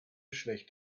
schlecht